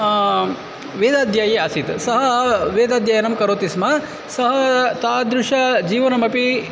वेदाध्यायि आसीत् सः वेदाध्ययनं करोति स्म सः तादृशं जीवनमपि